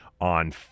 on